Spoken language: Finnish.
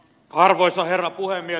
arvoisa herra puhemies